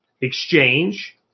exchange